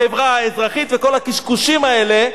החברה האזרחית וכל הקשקושים האלה,